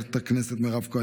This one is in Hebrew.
חברת הכנסת מרב מיכאלי,